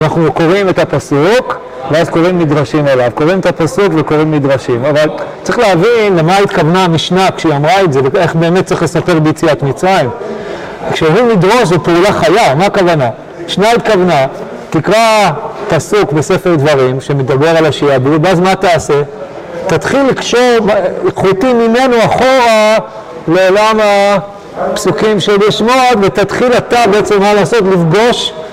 ‫אנחנו קוראים את הפסוק ‫ואז קוראים מדרשים אליו. ‫קוראים את הפסוק וקוראים מדרשים. ‫אבל צריך להבין למה התכוונה המשנה ‫כשהיא אמרה את זה ‫ואיך באמת צריך לספר ‫ביציאת מצרים. ‫כשאומרים לדרוש זה פעולה חיה, ‫מה הכוונה? ‫המשנה התכוונה, תקרא פסוק בספר דברים ‫שמדבר על השיעבוד, ‫ואז מה תעשה? ‫תתחיל לקשור חוטים ממנו אחורה ‫לעולם הפסוקים של יש מעויד. ותתחיל אתה בעצם מה לעשות לפגוש..